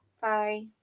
Bye